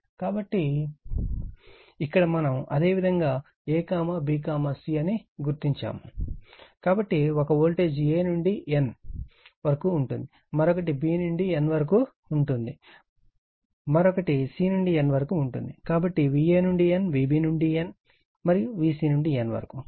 కాబట్టి ఇక్కడ మనం అదేవిధంగా a b c అని గుర్తించాము కాబట్టి ఒక వోల్టేజ్ a నుండి n వరకు ఉంటుంది మరొకటి b నుండి n వరకు ఉంటుంది మరొకటి అదేవిధంగా c నుండి n వరకు ఉంటుంది కాబట్టి Va నుండి n Vb నుండి n మరియు Vc నుండి n వరకు